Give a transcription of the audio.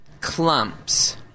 clumps